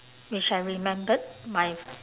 which I remembered my f~